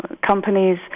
companies